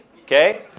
Okay